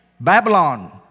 Babylon